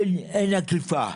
אין אכיפה.